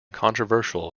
controversial